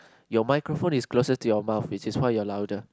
your microphone is closer to your mouth is it why you're louder